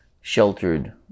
sheltered